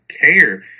care